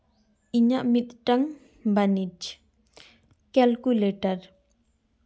ᱤᱧᱟᱹᱜ ᱢᱤᱫᱴᱟᱝ ᱵᱟᱹᱱᱤᱡᱽ ᱠᱮᱞᱠᱩᱞᱮᱴᱟᱨ